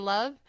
Love